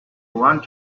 want